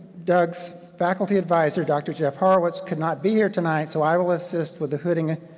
doug's faculty advisor dr. jeff horowitz could not be here tonight, so i will assist with the hooding,